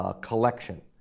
collection